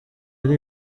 ari